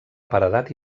paredat